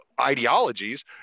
ideologies